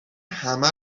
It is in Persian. همه